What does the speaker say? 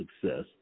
success